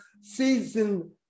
season